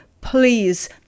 please